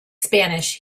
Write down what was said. spanish